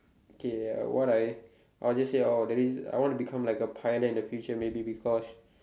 okay what I I'll just say orh daddy I want to become like a pilot in the future maybe because